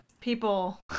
people